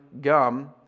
gum